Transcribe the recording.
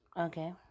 Okay